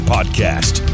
Podcast